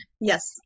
Yes